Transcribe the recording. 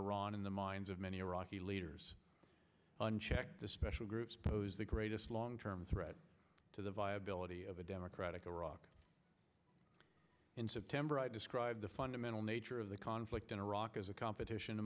iran in the minds of many iraqi leaders unchecked the special groups pose the greatest long term threat to the viability of a democratic iraq in september i described the fundamental nature of the conflict in iraq as a competition